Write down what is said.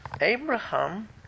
Abraham